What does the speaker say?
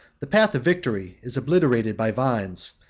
the path of victory is obliterated by vines,